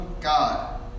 God